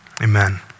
amen